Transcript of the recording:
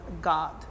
God